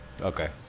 Okay